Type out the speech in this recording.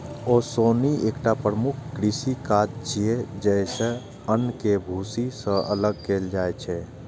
ओसौनी एकटा प्रमुख कृषि काज छियै, जइसे अन्न कें भूसी सं अलग कैल जाइ छै